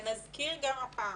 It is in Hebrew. ונזכיר גם הפעם,